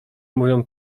mówią